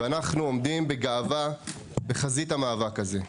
ואנחנו עומדים בגאווה בחזית המאבק הזה.